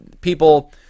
people